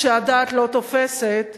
שהדעת לא תופסת,